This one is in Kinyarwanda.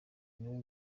niwe